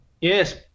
Yes